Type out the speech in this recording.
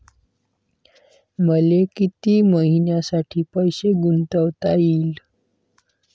मले कितीक मईन्यासाठी पैसे गुंतवता येईन?